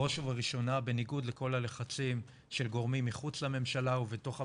בראש ובראשונה בניגוד לכל הלחצים של גורמים מחוץ לממשלה ובתוך הממשלה,